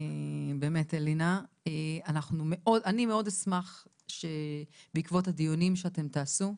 אני מאוד אשמח שבעקבות הדיונים שאתם תעשו,